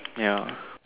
ya